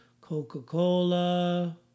Coca-Cola